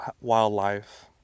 wildlife